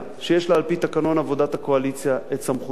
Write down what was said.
שיש לה על-פי תקנון עבודת הקואליציה סמכויות,